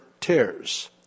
tears